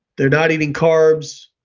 they're not eating carbs,